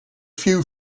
few